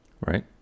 Right